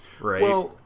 right